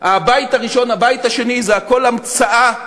הבית הראשון והבית השני זה הכול המצאה,